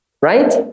right